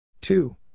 Two